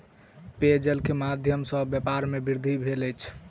पेयजल के माध्यम सॅ व्यापार में वृद्धि भेल अछि